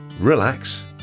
relax